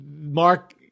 Mark